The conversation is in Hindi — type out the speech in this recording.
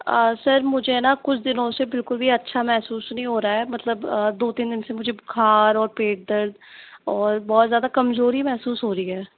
सर मुझे है न कुछ दिनों से बिल्कुल भी अच्छा महसूस नहीं हो रहा है मतलब दो तीन दिन से मुझे बुखार और पेट दर्द और बहुत ज़्यादा कमजोरी महसूस हो रही है